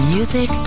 Music